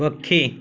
ପକ୍ଷୀ